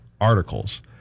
articles